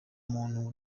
muntu